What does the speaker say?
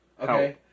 Okay